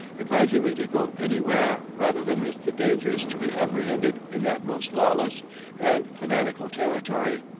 advising me to go anywhere rather than risk the dangers to be apprehended in that most lawless and fanatical territory.